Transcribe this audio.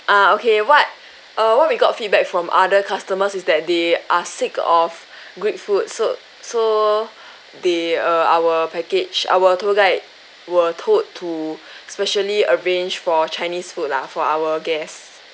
ah okay what uh what we got feedback from other customers is that they are sick of greek food so so they err our package our tour guide were told to specially arranged for chinese food lah for our guests